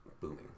Booming